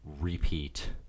repeat